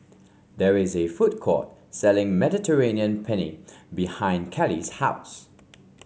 there is a food court selling Mediterranean Penne behind Callie's house